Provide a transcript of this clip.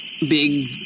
big